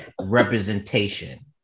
Representation